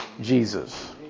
Jesus